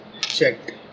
checked